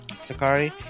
sakari